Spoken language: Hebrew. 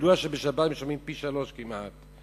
ידוע שבשבת משלמים פי-שלושה כמעט.